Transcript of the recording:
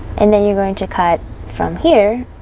and then you're going to cut from here